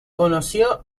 conoció